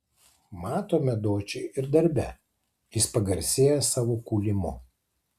matome dočį ir darbe jis pagarsėja savo kūlimu